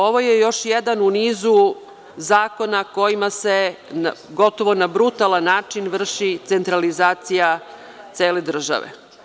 Ovo je još jedan u nizu zakon kojima se gotovo na brutalan način vrši centralizacija cele države.